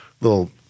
little